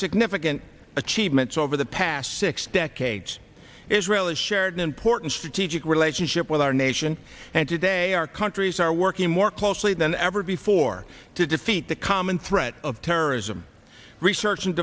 significant achievements over the past six decades israel has shared an important strategic relationship with our nation and today our countries are working more closely than ever before to defeat the common threat of terrorism research and